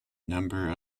number